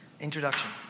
Introduction